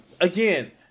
again